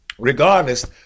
Regardless